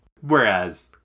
Whereas